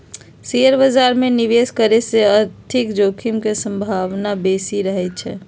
share बाजार में निवेश करे से आर्थिक जोखिम के संभावना बेशि रहइ छै